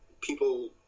people